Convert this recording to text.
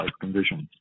conditions